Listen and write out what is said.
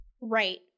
Right